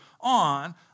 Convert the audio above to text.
on